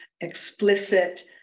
explicit